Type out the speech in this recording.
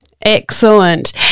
Excellent